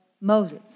Moses